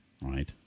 Right